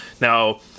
Now